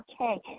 okay